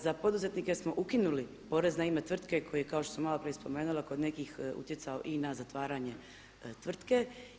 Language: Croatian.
Za poduzetnike smo ukinuli porez na ime tvrtke koji kao što sam malo prije spomenula kod nekih utjecao i na zatvaranje tvrtke.